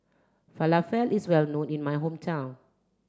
Falafel is well known in my hometown